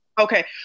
Okay